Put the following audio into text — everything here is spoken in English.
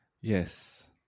Yes